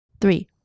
three